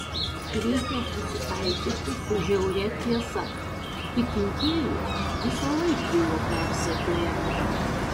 reikia susitaikyti su žiauria tiesa tikintieji visąlaik buvo persekiojami